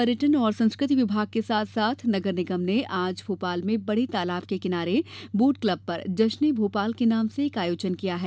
पर्यटन और संस्कृति विभाग के साथ साथ नगर निगम ने आज भोपाल में बड़े तालाब के किनारे बोट क्लब पर जश्न ए भोपाल के नाम से एक आयोजन किया है